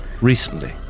Recently